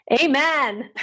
Amen